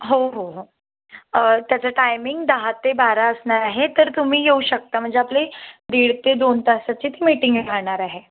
हो हो हो त्याचं टायमिंग दहा ते बारा असणार आहे तर तुम्ही येऊ शकता म्हणजे आपली दीड ते दोन तासाचीच मीटिंग राहणार आहे